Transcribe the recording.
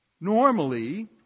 normally